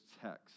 text